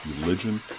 religion